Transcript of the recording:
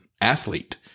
athlete